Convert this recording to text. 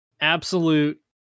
absolute